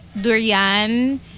durian